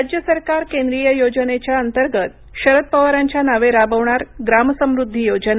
राज्य सरकार केंद्रीय योजनेच्या अंतर्गत शरद पवारांच्या नावे राबवणार ग्रांमसमुद्धी योजना